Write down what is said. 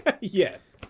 Yes